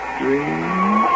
dreams